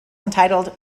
entitled